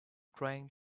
trying